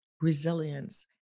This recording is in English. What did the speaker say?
resilience